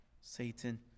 Satan